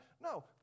No